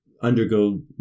undergo